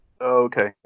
Okay